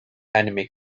enemy